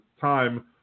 time